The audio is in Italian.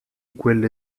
quelle